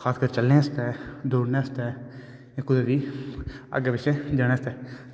खास कर चलने आस्ते दौड़ने आस्ते कोई बी अग्गे पिच्छे जाने आस्ते